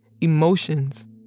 emotions